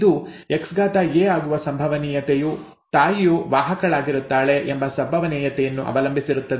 ಇದು Xa ಆಗುವ ಸಂಭವನೀಯತೆಯು ತಾಯಿಯು ವಾಹಕಳಾಗಿರುತ್ತಾಳೆ ಎಂಬ ಸಂಭವನೀಯತೆಯನ್ನು ಅವಲಂಬಿಸಿರುತ್ತದೆ